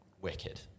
wicked